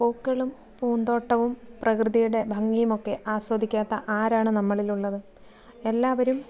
പൂക്കളും പൂന്തോട്ടവും പ്രകൃതിയുടെ ഭംഗിയുമൊക്കെ ആസ്വദിക്കാത്ത ആരാണ് നമ്മളിൽ ഉള്ളത് എല്ലാവരും